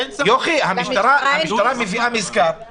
אני מדבר על התקופה לפני שהתגלתה התחלואה בשבוע האחרון.